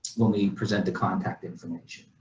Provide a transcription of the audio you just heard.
when we present the contact information.